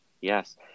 Yes